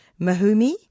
Mahumi